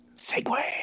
Segway